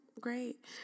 great